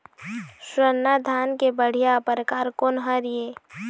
स्वर्णा धान के बढ़िया परकार कोन हर ये?